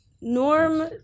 Norm